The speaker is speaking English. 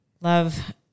love